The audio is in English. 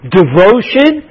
devotion